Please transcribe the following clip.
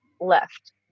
left